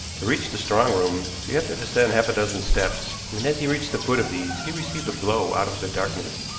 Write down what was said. to reach the strong-rooms you have to descend half a dozen steps, and as he reached the foot of these he received a blow out of the darkness,